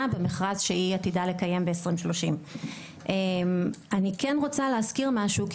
במכרז שהיא עתידה לקיים ב- 2030. אני כן רוצה להזכיר משהו כי